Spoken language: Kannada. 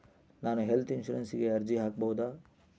ನಾನು ಹೆಲ್ತ್ ಇನ್ಶೂರೆನ್ಸಿಗೆ ಅರ್ಜಿ ಹಾಕಬಹುದಾ?